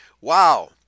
Wow